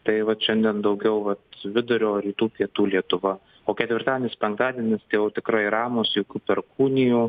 tai vat šiandien daugiau su vidurio rytų pietų lietuva o ketvirtadienis penktadienis jau tikrai ramūs jokių perkūnijų